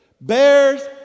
bears